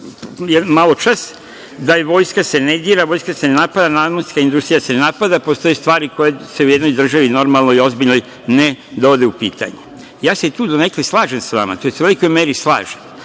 svom izlaganju da se vojska ne dira, vojska se ne napada, namenska industrija se ne napada, postoje stvari koje se u jednoj državi normalnoj i ozbiljnoj ne dovode u pitanje. Ja se tu donekle slažem sa vama, tj. u velikoj meri se